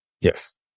Yes